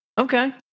Okay